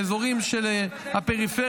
באזורים של הפריפריה.